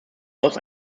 hinaus